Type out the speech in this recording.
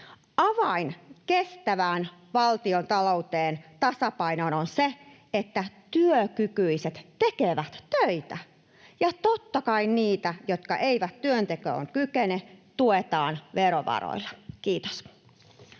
Avain kestävään valtiontalouden tasapainoon on se, että työkykyiset tekevät töitä, ja totta kai niitä, jotka eivät työntekoon kykene, tuetaan verovaroilla. — Kiitos.